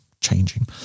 changing